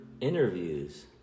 interviews